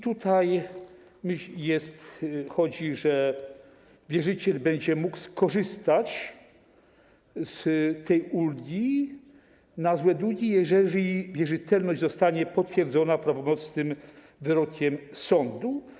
Tutaj chodzi o to, że wierzyciel będzie mógł skorzystać z tej ulgi na złe długi, jeżeli wierzytelność zostanie potwierdzona prawomocnym wyrokiem sądu.